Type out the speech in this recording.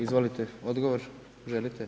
Izvolite, odgovor, želite?